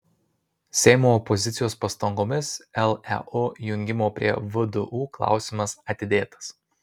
seimo opozicijos pastangomis leu jungimo prie vdu klausimas atidėtas